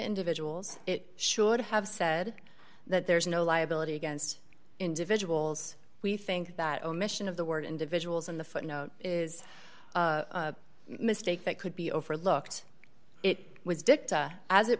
individuals it should have said that there is no liability against individuals we think that omission of the word individuals in the footnote is a mistake that could be overlooked it was dicta as it